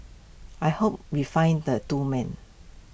I hope we find the two men